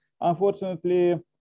unfortunately